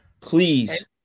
please